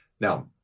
Now